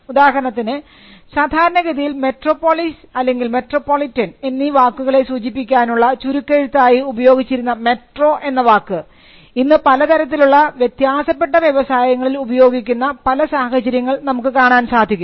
ഉദാഹരണത്തിന് സാധാരണഗതിയിൽ metropolis അല്ലെങ്കിൽ മെട്രോപൊളിറ്റൻ എന്നീ വാക്കുകളെ സൂചിപ്പിക്കാനുള്ള ചുരുക്കെഴുത്തായി ഉപയോഗിച്ചിരുന്ന മെട്രോ എന്ന വാക്ക് ഇന്ന് പലതരത്തിലുള്ള വ്യത്യാസപ്പെട്ട വ്യവസായങ്ങളിൽ ഉപയോഗിക്കുന്ന പല സാഹചര്യങ്ങൾ നമുക്ക് കാണാൻ സാധിക്കും